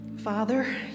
Father